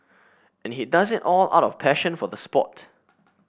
and he does it all out of passion for the sport